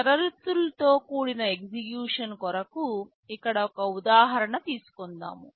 షరతులతో కూడిన ఎగ్జిక్యూషన్కొరకు ఇక్కడ ఒక ఉదాహరణ తీసుకుందాం